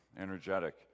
energetic